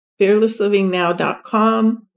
fearlesslivingnow.com